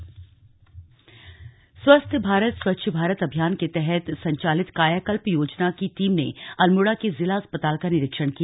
निरीक्षण अल्मोड़ा स्वस्थ भारत स्वच्छ भारत अभियान के तहत संचालित कायाकल्प योजना की टीम ने अल्मोड़ा के जिला अस्पताल का निरीक्षण किया